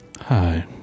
Hi